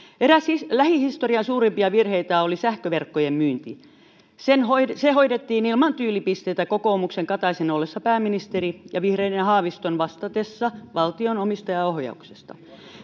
eräs lähihistorian suurimpia virheitä oli sähköverkkojen myynti se hoidettiin ilman tyylipisteitä kokoomuksen kataisen ollessa pääministeri ja vihreiden haaviston vastatessa valtion omistajaohjauksesta